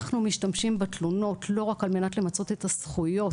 אנחנו משתמשים בתלונות לא רק למצות את הזכויות